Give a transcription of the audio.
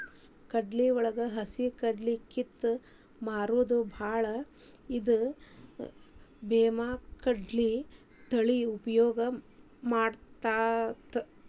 ಕಡ್ಲಿವಳಗ ಹಸಿಕಡ್ಲಿ ಕಿತ್ತ ಮಾರುದು ಬಾಳ ಇದ್ದ ಬೇಮಾಕಡ್ಲಿ ತಳಿ ಉಪಯೋಗ ಮಾಡತಾತ